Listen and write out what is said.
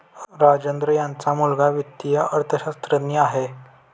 राजेंद्र यांचा मुलगा वित्तीय अर्थशास्त्रज्ञ आहे